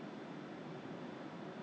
no choice hor because there are too many items